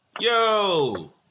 Yo